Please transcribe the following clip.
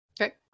Okay